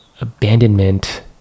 abandonment